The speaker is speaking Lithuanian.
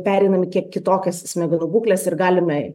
pereinam į kiek kitokias smegenų būkles ir galime